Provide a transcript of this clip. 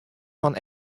fan